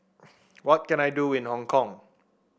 what can I do in Hong Kong